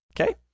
Okay